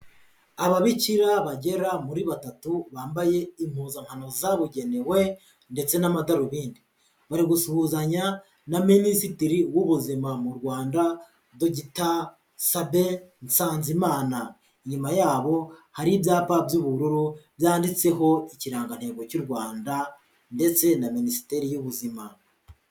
Ababikira bagera muri batatu, bambaye impuzankano zabugenewe ndetse n'amadarubindi. Bari gusuhuzanya na Minisitiri w'Ubuzima mu Rwanda, Dogiteri Sabin Nsanzimana. Inyuma yabo, hari ibyapa by'ubururu byanditseho ikirangantego cy'u Mwanda ndetse na Minisiteri y'Ubuzima.